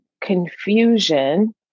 confusion